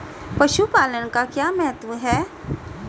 पशुपालन का क्या महत्व है?